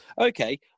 okay